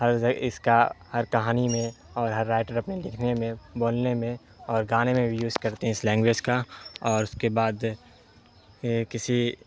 اس کا ہر کہانی میں اور ہر رائٹر اپنے لکھنے میں بولنے میں اور گانے میں بھی یوز کرتے ہیں اس لینگویج کا اور اس کے بعد کسی